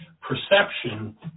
perception